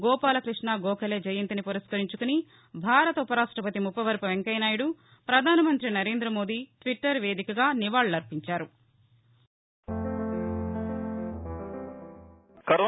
గోపాలకృష్ణ గోఖలే జయంతిని పురస్కరించుకుని భారత ఉపరాష్టపతి ముప్పవరపు వెంకయ్య నాయుడు పధాన మంత్రి నరేంద్ర మోదీ ట్విట్టర్ వేదికగా నివాళులర్పించారు